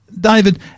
David